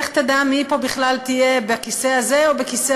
לך תדע מי פה בכלל תהיה בכיסא הזה או בכיסא